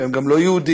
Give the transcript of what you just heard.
והם גם לא יהודים,